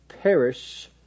perish